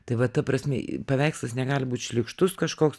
tai va ta prasmė paveikslas negali būt šlykštus kažkoks